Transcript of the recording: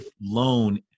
loan